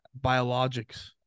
biologics